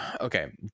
okay